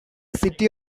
city